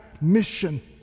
mission